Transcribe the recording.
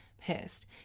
pissed